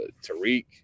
Tariq